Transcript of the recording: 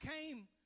came